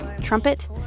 trumpet